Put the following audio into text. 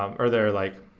um or their, like,